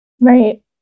right